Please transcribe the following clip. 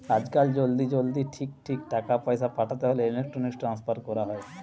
আজকাল জলদি জলদি ঠিক ঠিক টাকা পয়সা পাঠাতে হোলে ইলেক্ট্রনিক ট্রান্সফার কোরা হয়